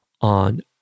on